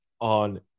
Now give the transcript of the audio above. on